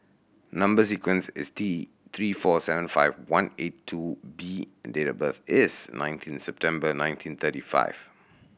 number sequence is T Three four seven five one eight two B and date of birth is nineteen September nineteen thirty five